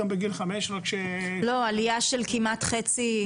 לא, עלייה של כמעט חצי.